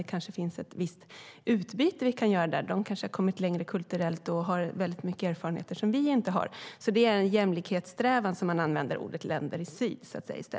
Vi kanske kan göra ett visst utbyte med dem, för de kanske har kommit längre kulturellt och har väldigt mycket erfarenheter som vi inte har. Det är i jämlikhetssträvan som man i stället använder begreppet länder i syd.